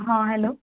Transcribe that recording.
हा हॅलो